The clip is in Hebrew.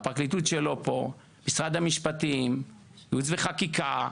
הפרקליטות שלא פה, משרד המשפטים, ייעוץ וחקיקה,